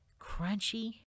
crunchy